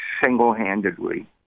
single-handedly